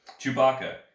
Chewbacca